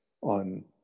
on